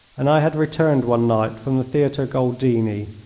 and i had returned one night from the theatre goldini,